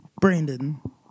brandon